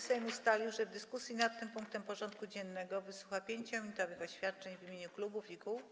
Sejm ustalił, że w dyskusji nad tym punktem porządku dziennego wysłucha 5-minutowych oświadczeń w imieniu klubów i kół.